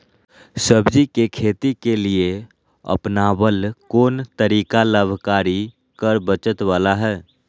सब्जी के खेती के लिए अपनाबल कोन तरीका लाभकारी कर बचत बाला है?